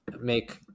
make